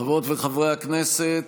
חברות וחברי הכנסת,